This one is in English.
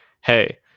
Hey